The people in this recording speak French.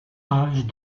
âges